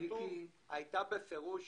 הר-טוב הייתה בפירוש